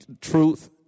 truth